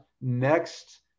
Next